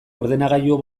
ordenagailu